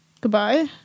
Goodbye